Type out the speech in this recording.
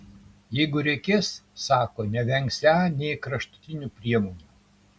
jeigu reikės sako nevengsią nė kraštutinių priemonių